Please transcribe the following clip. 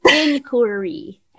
inquiry